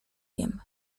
wiem